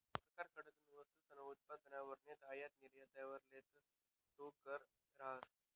सरकारकडथून वस्तूसना उत्पादनवर नैते आयात निर्यातवर लेतस तो कर रहास